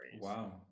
Wow